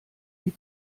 die